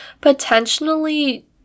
potentially